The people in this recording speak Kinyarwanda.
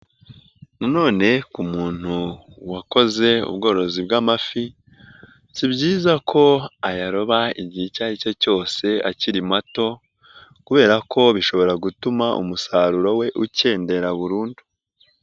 None ku muntu wakoze ubworozi bw'amafi si byiza ko ayaroba igihe icyo ari cyo cyose akiri mato kubera ko bishobora gutuma umusaruro we ukendera burundu.